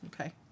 Okay